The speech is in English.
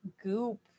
Goop